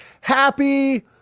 Happy